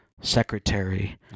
secretary